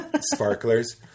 Sparklers